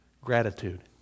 Gratitude